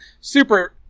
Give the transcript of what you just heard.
super